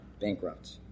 bankrupt